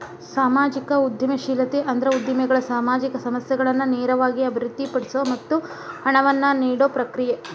ಸಾಮಾಜಿಕ ಉದ್ಯಮಶೇಲತೆ ಅಂದ್ರ ಉದ್ಯಮಿಗಳು ಸಾಮಾಜಿಕ ಸಮಸ್ಯೆಗಳನ್ನ ನೇರವಾಗಿ ಅಭಿವೃದ್ಧಿಪಡಿಸೊ ಮತ್ತ ಹಣವನ್ನ ನೇಡೊ ಪ್ರಕ್ರಿಯೆ